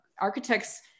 architects